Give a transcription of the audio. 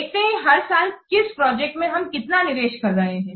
देखते हैं हर साल किस प्रोजेक्ट में हम कितना निवेश कर रहे हैं